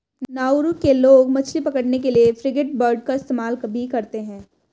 Nauru के लोग मछली पकड़ने के लिए फ्रिगेटबर्ड का इस्तेमाल भी करते हैं